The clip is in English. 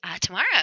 tomorrow